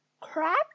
Crab